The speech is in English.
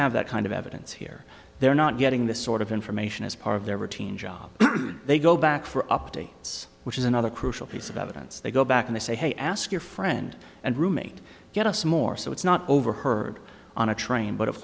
have that kind of evidence here they're not getting this sort of information as part of their routine job they go back for updates which is another crucial piece of evidence they go back and they say hey ask your friend and roommate get us more so it's not overheard on a train but of